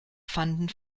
fanden